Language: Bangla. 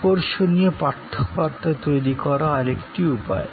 আকর্ষণীয় পাঠ্যবার্তা তৈরি করা আরেকটি উপায়